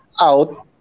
out